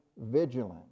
vigilant